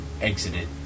exited